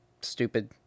stupid